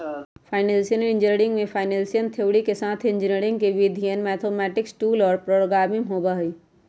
financial engineering में financial theory के साथ इंजीनियरिंग के विधियन, मैथेमैटिक्स टूल्स और प्रोग्रामिंग होबा हई